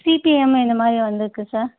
CPM இந்தமாதிரி வந்திருக்கு sir